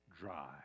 dry